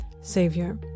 Savior